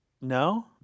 No